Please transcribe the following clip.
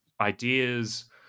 ideas